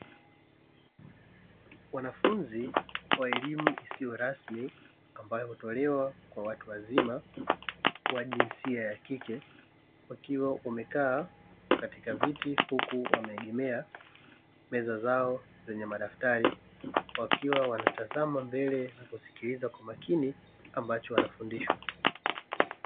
Wanafunzi wa elimu isio rasmi ambayo hutolewa kwa watu wazima wa jinsia ya kike, wakiwa wamekaa katika viti huku wameegemea meza zao zenye madaftari, wakiwa wametazama mbele wakisikiliza kwa makini wanachofundishwa.